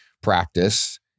practice